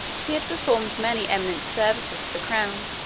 he had performed many eminent services for the crown,